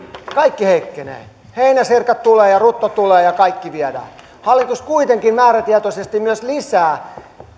kaikki heikkenee heinäsirkat tulevat rutto tulee ja kaikki viedään hallitus kuitenkin määrätietoisesti myös lisää